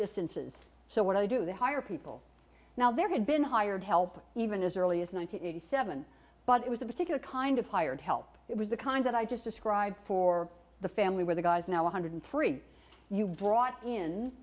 distances so what i do they hire people now there had been hired help even as early as nine hundred eighty seven but it was a particular kind of hired help it was the kind that i just described for the family where the guys now one hundred three you brought in